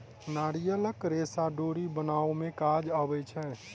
नारियलक रेशा डोरी बनाबअ में काज अबै छै